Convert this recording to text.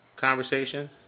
conversation